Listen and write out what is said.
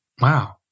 wow